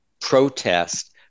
protest